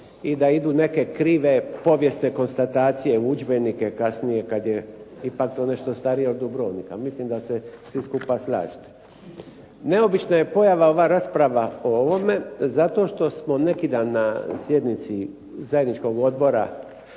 i da idu neke krive povijesne konstatacije u udžbenike kasnije kad je ipak to nešto starije od Dubrovnika. Mislim da se svi skupa slažete. Neobična je pojava ova rasprava o ovome zato što smo neki dan na sjednici zajedničkog Odbora